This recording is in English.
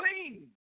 clean